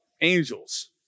angels